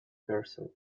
purcell